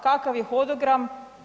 Kakav je hodogram?